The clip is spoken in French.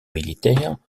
militaires